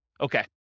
Okay